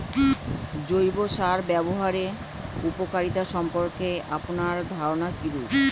জৈব সার ব্যাবহারের উপকারিতা সম্পর্কে আপনার ধারনা কীরূপ?